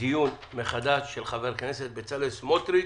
דיון מחדש של חבר הכנסת בצלאל סמוטריץ'.